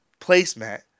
placemat